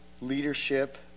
leadership